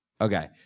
Okay